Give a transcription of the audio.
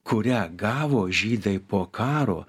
kurią gavo žydai po karo